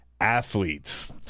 Athletes